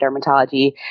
dermatology